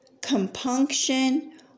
compunction